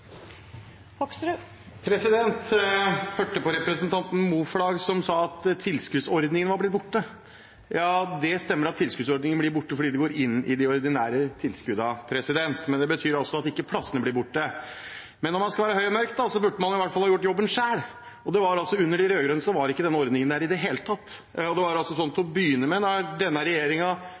representanten Moflag si at tilskuddsordningen var blitt borte. Ja, det stemmer at tilskuddsordningen blir borte, fordi det går inn i de ordinære tilskuddene, men det betyr altså ikke at plassene blir borte. Men når man skal være høy og mørk, burde man i hvert fall ha gjort jobben selv, og under de rød-grønne var ikke denne ordningen der i det hele tatt. Og til å begynne med, da denne regjeringen innførte ordningen, slet man faktisk med